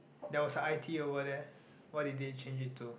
there was i_t over there what did they change it to